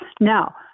Now